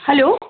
hello